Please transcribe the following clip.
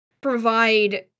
provide